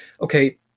okay